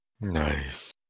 Nice